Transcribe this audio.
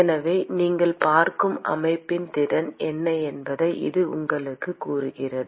எனவே நீங்கள் பார்க்கும் அமைப்பின் திறன் என்ன என்பதை இது உங்களுக்குக் கூறுகிறது